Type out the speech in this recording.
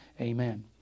amen